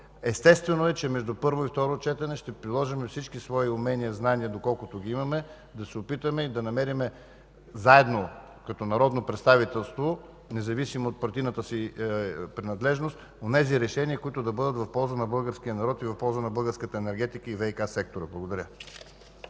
Естествено, че между първо и второ четене ще приложим всички умения и знания, доколкото ги имаме, за да се опитаме и намерим заедно като народно представителство, независимо от партийната си принадлежност, онези решения, които да бъдат в полза на българския народ и в полза на българската енергетика и ВиК-сектора. Благодаря.